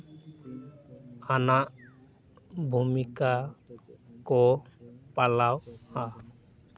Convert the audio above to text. ᱟᱱᱟᱜ ᱵᱷᱩᱢᱤᱠᱟ ᱠᱚ ᱯᱟᱞᱟᱣᱟ